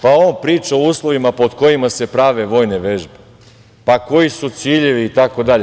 Pa, on priča o uslovima pod kojima se prave vojne vežbe, pa koji su ciljevi, itd?